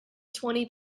twenty